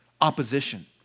opposition